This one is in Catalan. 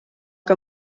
que